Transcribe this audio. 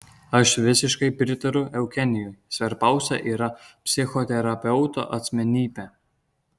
aš visiškai pritariu eugenijui svarbiausia yra psichoterapeuto asmenybė